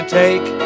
take